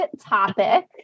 topic